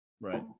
right